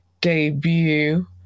debut